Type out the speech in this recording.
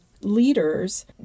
leaders